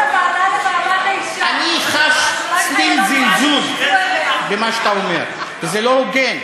אני חש צליל זלזול במה שאתה אומר, וזה לא הוגן.